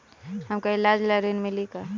हमका ईलाज ला ऋण मिली का?